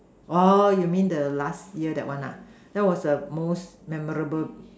oh you mean the last year that one ah that was the most memorable